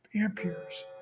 amperes